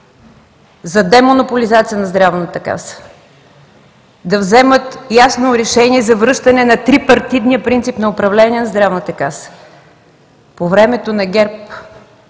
за демонополизация на Здравната каса. Да вземат ясно решение за връщане на трипартитния принцип на управление на Здравната каса. По времето на ГЕРБ,